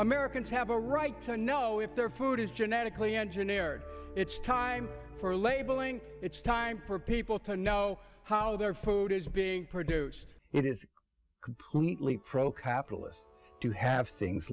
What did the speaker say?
americans have a right to know if their food is genetically engineered it's time for labeling it's time for people to know how their food is being produced it is completely pro capitalist to have things